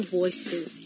voices